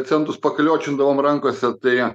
centus pakliočindavom rankose tai